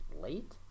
late